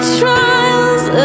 trials